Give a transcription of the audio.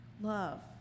love